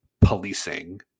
policing